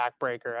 backbreaker